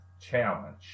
challenge